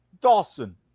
Dawson